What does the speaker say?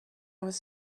was